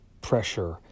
pressure